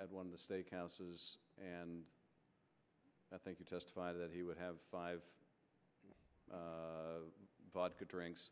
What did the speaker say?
at one of the steak houses and i think you testified that he would have five vodka drinks